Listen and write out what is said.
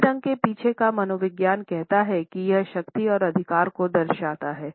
काले रंग के पीछे का मनोविज्ञान कहता है कि यह शक्ति और अधिकार को दर्शाता है